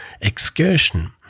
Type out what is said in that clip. excursion